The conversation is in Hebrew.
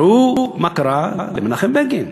ראו מה קרה למנחם בגין.